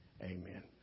amen